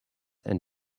and